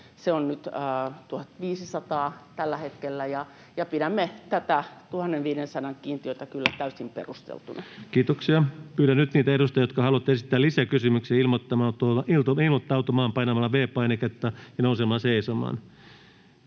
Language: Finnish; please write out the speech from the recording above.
Se on 1 500 nyt tällä hetkellä, ja pidämme tätä 1 500:n kiintiötä kyllä täysin perusteltuna. Kiitoksia. — Pyydän nyt niitä edustajia, jotka haluavat esittää lisäkysymyksiä, ilmoittautumaan painamalla V-painiketta ja nousemalla seisomaan.